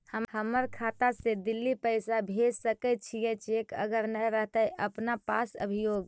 हमर खाता से दिल्ली पैसा भेज सकै छियै चेक अगर नय रहतै अपना पास अभियोग?